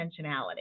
intentionality